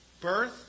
birth